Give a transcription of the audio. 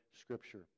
scripture